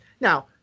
now